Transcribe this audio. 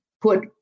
put